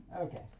Okay